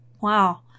Wow